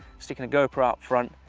sticking a gopro out front,